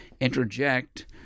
interject